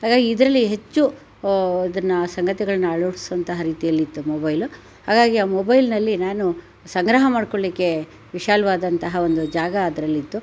ಹಾಗಾಗಿ ಇದರಲ್ಲಿ ಹೆಚ್ಚು ಇದನ್ನ ಸಂಗತಿಗಳನ್ನ ಅಳವಡ್ಸುವಂತಹ ರೀತಿಯಲ್ಲಿ ಇತ್ತು ಮೊಬೈಲು ಹಾಗಾಗಿ ಆ ಮೊಬೈಲ್ನಲ್ಲಿ ನಾನು ಸಂಗ್ರಹ ಮಾಡಿಕೊಳ್ಲಿಕ್ಕೆ ವಿಶಾಲವಾದಂತಹ ಒಂದು ಜಾಗ ಅದರಲ್ಲಿತ್ತು